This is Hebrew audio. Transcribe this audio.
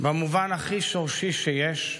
במובן הכי שורשי שיש,